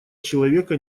человека